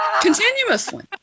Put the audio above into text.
Continuously